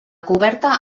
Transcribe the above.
coberta